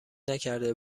نکرده